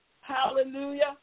Hallelujah